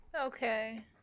Okay